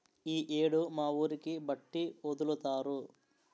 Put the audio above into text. ఈ యేడు మా ఊరికి బట్టి ఒదులుతారు